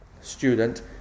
student